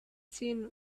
seen